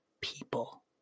people